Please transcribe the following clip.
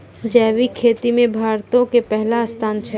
जैविक खेती मे भारतो के पहिला स्थान छै